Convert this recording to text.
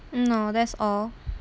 no that's all